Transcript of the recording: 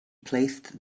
placed